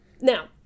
Now